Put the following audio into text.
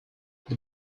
they